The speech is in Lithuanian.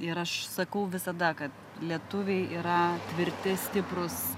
ir aš sakau visada kad lietuviai yra tvirti stiprūs